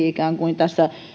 ikään kuin juhlii